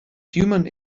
human